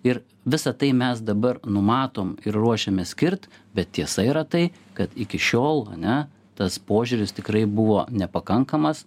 ir visa tai mes dabar numatom ir ruošiamės skirt bet tiesa yra tai kad iki šiol ane tas požiūris tikrai buvo nepakankamas